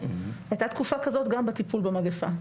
הייתה גם תקופה כזאת בטיפול במגפה.